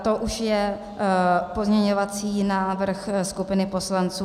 To už je pozměňovací návrh skupiny poslanců.